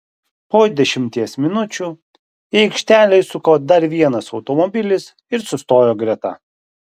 po dešimties minučių į aikštelę įsuko dar vienas automobilis ir sustojo greta